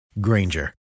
Granger